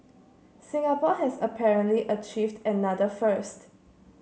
Singapore has apparently achieved another first